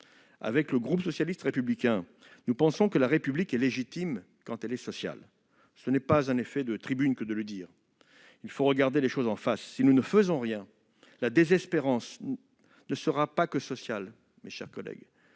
Le groupe socialiste et républicain pense que la République est légitime quand elle est sociale. Ce n'est pas un effet de tribune que de le dire. Il faut regarder les choses en face. Si nous ne faisons rien, la désespérance ne sera pas seulement sociale ; elle